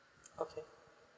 okay